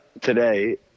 today